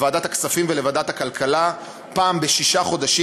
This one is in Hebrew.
לוועדת הכספים ולוועדת הכלכלה פעם בשישה חודשים,